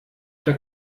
der